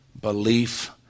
belief